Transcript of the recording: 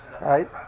right